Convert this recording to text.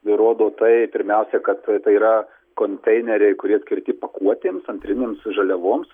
įrodo tai pirmiausia kad tai yra konteineriai kurie skirti pakuotėms antrinėms žaliavoms